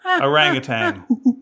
Orangutan